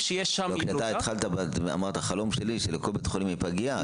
כי אתה התחלתי ואמרת: החלום שלי שלכל בית חולים תהיה פגייה,